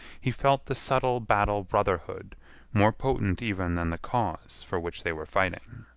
he felt the subtle battle brotherhood more potent even than the cause for which they were fighting.